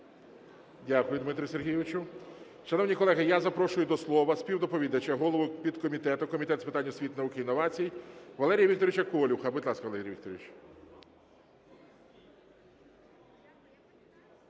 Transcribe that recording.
Дякую, Дмитре Сергійовичу. Шановні колеги, я запрошую до слова співдоповідача – голову підкомітету Комітету з питань освіти, науки та інновацій Валерія Вікторовича Колюха. Будь ласка, Валерій Вікторович.